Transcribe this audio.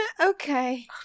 okay